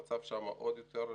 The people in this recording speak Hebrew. המצב שם עוד יותר,